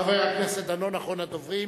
חבר הכנסת דני דנון, אחרון הדוברים,